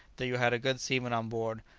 that you had a good seaman on board,